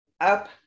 up